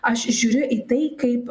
aš žiūriu į tai kaip